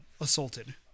assaulted